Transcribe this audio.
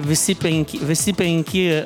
visi penk visi penki